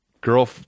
Girl